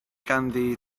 ganddi